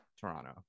Toronto